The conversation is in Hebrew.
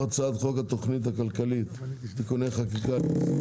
התוכנית הכלכלית (תיקוני חקיקה ליישום